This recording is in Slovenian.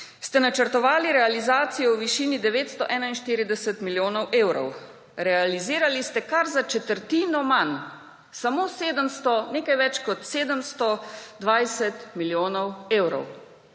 leta, načrtovali ste realizacijo v višini 941 milijonov evrov. Realizirali ste kar za četrtino manj, nekaj več kot 720 milijonov evrov.